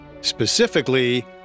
Specifically